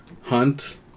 Hunt